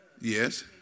Yes